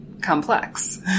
complex